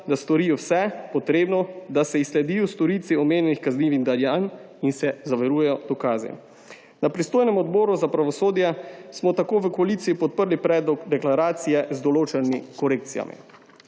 da storijo vse potrebno, da se izsledijo storilci omenjenih kaznivih dejanj in se zavarujejo dokazi. Na pristojnem Odboru za pravosodje smo tako v koaliciji podprli predlog deklaracije z določenimi korekcijami.